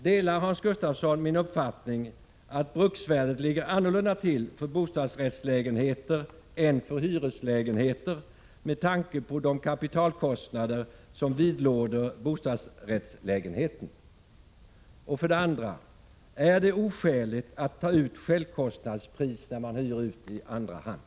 Delar Hans Gustafsson min uppfattning att bruksvärdet ligger annorlunda till för bostadsrättslägenheter än för hyreslägenheter, med tanke på de kapitalkostnader som vidlåder bostadsrättslägenheten? 2. Är det oskäligt att ta ut självkostnadspris när man hyr ut i andra hand?